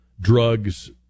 drugs